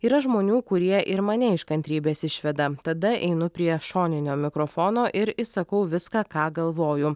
yra žmonių kurie ir mane iš kantrybės išveda tada einu prie šoninio mikrofono ir išsakau viską ką galvoju